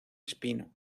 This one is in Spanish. espino